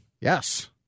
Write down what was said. Yes